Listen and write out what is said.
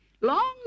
long